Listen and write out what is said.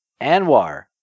Anwar